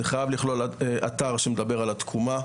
זה חייב לכלול את אתר שמדבר על התקומה,